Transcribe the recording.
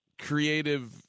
creative